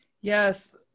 Yes